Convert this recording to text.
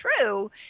true